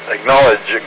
Acknowledge